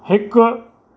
हिकु